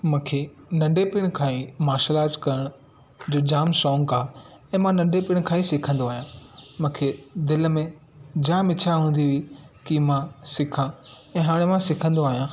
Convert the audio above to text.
मूंखे नंढपिणु खां ई मार्शल आर्ट्स करण जो जाम शौंक़ु आहे ऐं मां नंढपिणु खां ई सिखंदो आहियां मूंखे दिलि में जाम इच्छा हूंदी हुई की मां सिखा ऐं हाणे मां सिखंदो आहिंयां